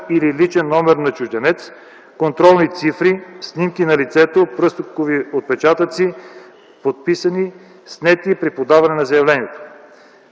или личен номер на чужденец, контролни цифри, снимки на лицето, пръстови отпечатъци, подписани, снети при подаване на заявлението,